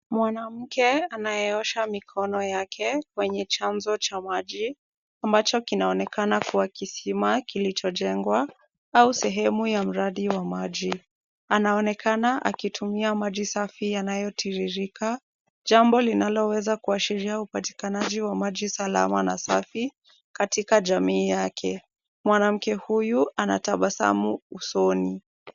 Mwanamke anayeosha mikono yake kwenye chanzo cha maji ambacho kinaonekana kuwa kisima kilichojengwa au sehemu ya mradi wa maji, anaonekana akitumia maji safi yanayotiririka, jambo linaloweza kuashiria upatikanaji wa maji salama na safi katika jamii yake. Mwanamke huyu ana tabasamu usoni.